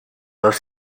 dos